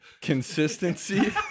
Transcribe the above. consistency